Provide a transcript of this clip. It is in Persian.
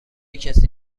کسی